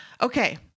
okay